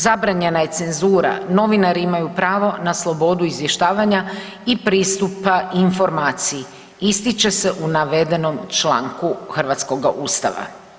Zabranjena je cenzura, novinari imaju pravo na slobodu izvještavanja i pristupa informaciji, ističe se u navedenom članku hrvatskoga Ustava.